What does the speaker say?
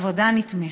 עבודה נתמכת.